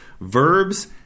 Verbs